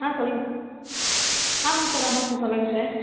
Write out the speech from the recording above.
ஆ சொல்லுங்கள் சார் ஆமாம் சார் ஆமாம் சார் சொல்லுங்கள் சார்